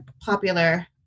popular